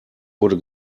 wurde